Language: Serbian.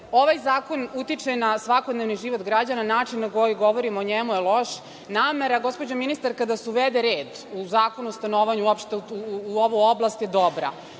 ovaj zakon utiče na svakodnevni život građana. Način na koji govorimo o njemu je loš. Namera, gospođo ministarka, da se uvede red u Zakon o stanovanju, uopšte u ovu oblast, je dobra.